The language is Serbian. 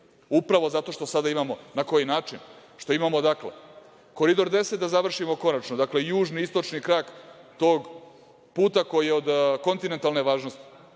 upravo zato što sada imamo na koji način, što imamo. Koridor 10 da završimo konačno. Dakle, južni i istočni krak tog puta koji je od kontinentalne važnosti.